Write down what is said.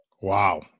Wow